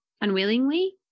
unwillingly